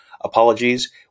apologies